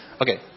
Okay